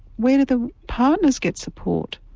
where do the partners get support?